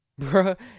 Bruh